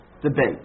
debate